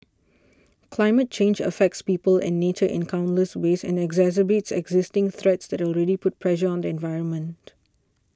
climate change affects people and nature in countless ways and exacerbates existing threats that already put pressure on the environment